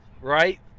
Right